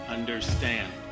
Understand